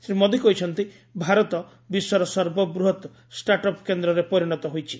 ଶ୍ରୀ ମୋଦି କହିଛନ୍ତି ଭାରତ ବିଶ୍ୱର ସର୍ବବୃହତ୍ତ ଷ୍ଟାଟ୍ଅପ୍ କେନ୍ଦ୍ରରେ ପରିଣତ ହୋଇଛି